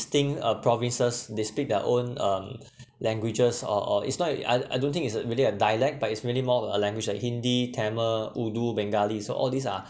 distinct uh provinces they speak their own um languages or or it's not it I I don't think it's uh really a dialect but it's really more of a language like hindi tamil urdu bengali so all these are